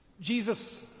Jesus